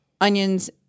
onions